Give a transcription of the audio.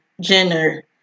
Jenner